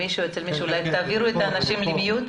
סיפור אישי קצר: